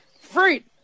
Fruit